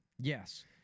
Yes